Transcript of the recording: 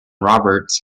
roberts